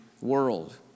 world